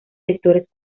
sectores